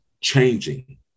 changing